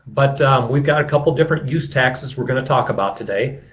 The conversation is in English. but we've got a couple different use taxes we're going to talk about today.